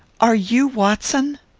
are you watson?